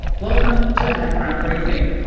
welcome to background briefing.